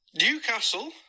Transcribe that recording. Newcastle